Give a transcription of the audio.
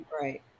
Right